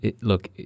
look